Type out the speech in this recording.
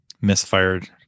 misfired